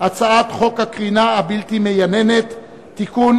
הצעת חוק הקרינה הבלתי מייננת (תיקון,